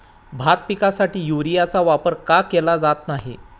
भात पिकासाठी युरियाचा वापर का केला जात नाही?